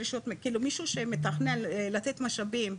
כלומר מישהו שמתכנן לתת משאבים,